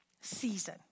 season